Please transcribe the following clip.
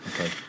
Okay